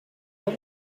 hop